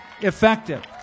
effective